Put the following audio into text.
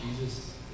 jesus